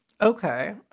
Okay